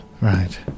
Right